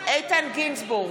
איתן גינזבורג,